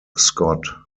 scott